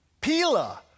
Pila